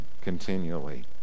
continually